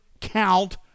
count